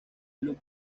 blue